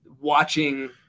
watching